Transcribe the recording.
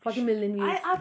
forty million views